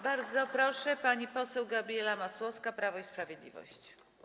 Bardzo proszę, pani poseł Gabriela Masłowska, Prawo i Sprawiedliwość.